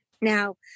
Now